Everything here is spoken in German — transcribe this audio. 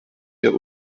der